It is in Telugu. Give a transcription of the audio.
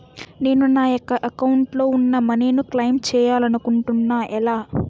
నేను నా యెక్క అకౌంట్ లో ఉన్న మనీ ను క్లైమ్ చేయాలనుకుంటున్నా ఎలా?